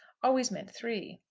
always meant three.